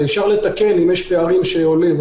ואפשר לתקן אם יש פערים שעולים.